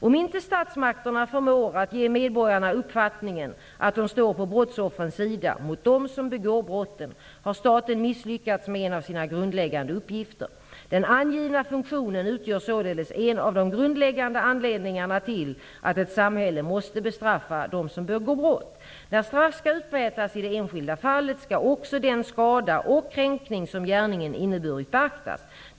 Om inte statsmakterna förmår att ge medborgarna uppfattningen att de står på brottsoffrens sida mot dem som begår brotten, har staten misslyckats med en av sina grundläggande uppgifter. Den angivna funktionen utgör således en av de grundläggande anledningarna till att ett samhälle måste bestraffa den som begår brott. När straff skall utmätas i det enskilda fallet skall också den skada och kränkning som gärningen inneburit beaktas.